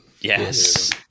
Yes